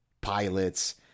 pilots